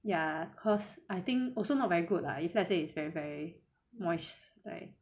ya cause I think also not very good lah if let's say it's very very moist right